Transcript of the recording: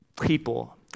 people